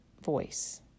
voice